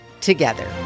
together